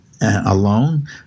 alone